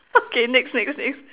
okay next next next